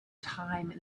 time